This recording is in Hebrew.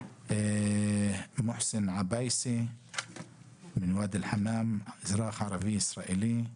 מוחסן עבאסיה מוואדי אל חמאם אזרח ערבי ישראלי.